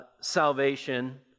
salvation